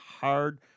hard